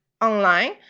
online